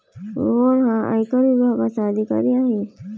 रोहन हा आयकर विभागाचा अधिकारी आहे